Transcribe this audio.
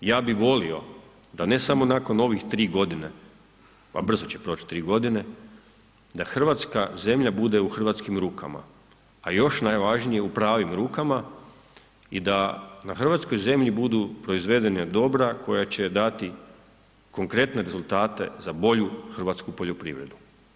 Ja bi volio da ne samo nakon ovih tri godine, a brzo će proći tri godine, da hrvatska zemlja bude u hrvatskim rukama, a još najvažnije u pravim rukama i da na hrvatskoj zemlji budu proizvedena dobra koja će dati konkretne rezultate za bolju hrvatsku poljoprivredu.